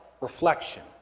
reflection